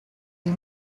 you